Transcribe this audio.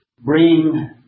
bring